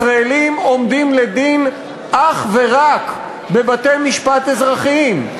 ישראלים עומדים לדין אך ורק בבתי-משפט אזרחיים.